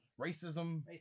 racism